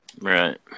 Right